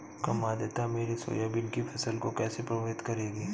कम आर्द्रता मेरी सोयाबीन की फसल को कैसे प्रभावित करेगी?